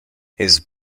his